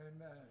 Amen